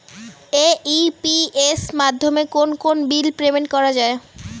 AEPS মাধ্যমে কোন কোন বিল পেমেন্ট করা যায়?